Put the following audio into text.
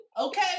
Okay